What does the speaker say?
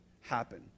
happen